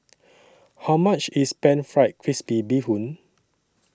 How much IS Pan Fried Crispy Bee Hoon